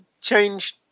change